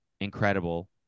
incredible